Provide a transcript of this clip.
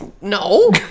no